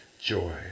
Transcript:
joy